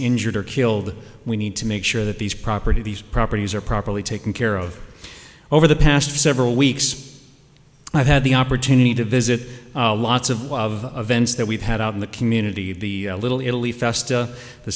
injured or killed we need to make sure that these property these properties are properly taken care of over the past several weeks i've had the opportunity to visit lots of love vents that we've had out in the community of the little italy festa the